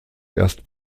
erst